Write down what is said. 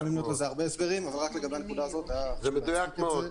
זה מדויק מאוד.